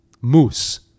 moose